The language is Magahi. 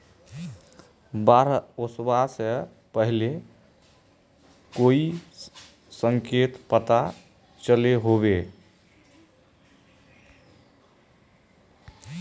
बाढ़ ओसबा से पहले कोई संकेत पता चलो होबे?